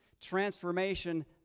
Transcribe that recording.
Transformation